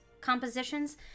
compositions